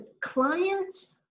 clients